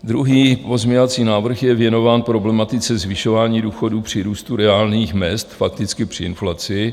Druhý pozměňovací návrh je věnován problematice zvyšování důchodů při růstu reálných mezd, fakticky při inflaci.